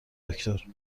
دکتر